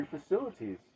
facilities